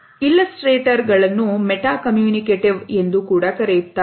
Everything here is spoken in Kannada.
ಇಲ್ಲಸ್ಟ್ರೇಟೆಡ್ ಗಳನ್ನು ಮೆಟಾ ಕಮ್ಯೂನಿಕೇಟಿವ್ ಎಂದು ಕರೆಯುತ್ತಾರೆ